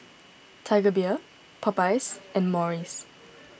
Tiger Beer Popeyes and Morries